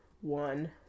one